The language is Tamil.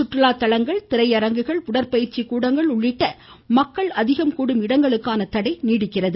சுற்றுலாத்தளங்கள் திரையரங்குகள் உடற்பயிற்சி கூடங்கள் உள்ளிட்ட மக்கள் அதிகம் கூடும் இடங்களுக்கான தடை நீடிக்கிறது